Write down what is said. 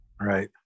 Right